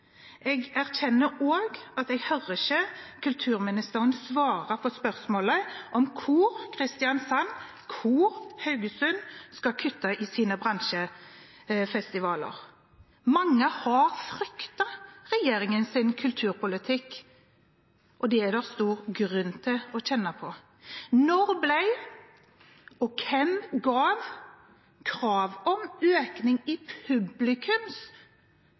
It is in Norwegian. Jeg erkjenner også at jeg ikke hører kulturministeren svare på spørsmålet om hvor Kristiansand og Haugesund skal kutte i sine bransjefestivaler. Mange har fryktet regjeringens kulturpolitikk, og det er det stor grunn til å kjenne på. Når ble det – og hvem ga – krav om økning i